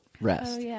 rest